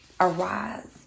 arise